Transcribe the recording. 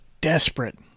desperate